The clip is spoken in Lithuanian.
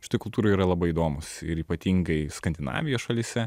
šitoj kultūroj yra labai įdomūs ir ypatingai skandinavijos šalyse